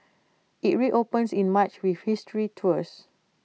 IT reopens in March with history tours